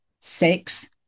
six